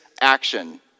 action